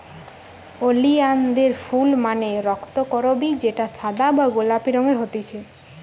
ওলিয়ানদের ফুল মানে রক্তকরবী যেটা সাদা বা গোলাপি রঙের হতিছে